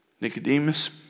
Nicodemus